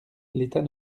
l’état